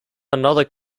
another